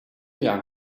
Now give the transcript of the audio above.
young